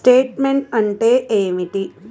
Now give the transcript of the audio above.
Statement అంటే ఏమిటి?